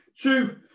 two